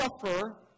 suffer